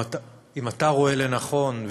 אם אתה רואה לנכון,